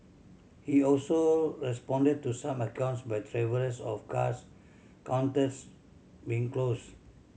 he also responded to some accounts by travellers of cars counters being closed